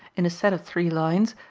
in a set of three lines,